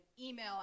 email